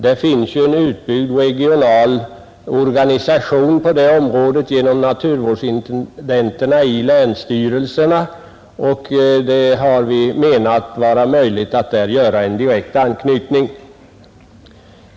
Det finns ju en utbyggd regional organisation på detta område genom naturvårdsintendenterna i länsstyrelserna, och vi har ansett det vara möjligt att där göra en direkt anknytning.